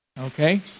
Okay